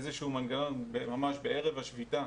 איזשהו מנגנון ממש בערב השביתה